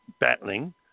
battling